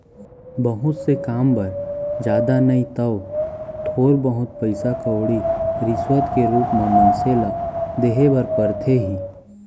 बहुत से काम बर जादा नइ तव थोर बहुत पइसा कउड़ी रिस्वत के रुप म मनसे ल देय बर परथे ही